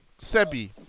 Sebi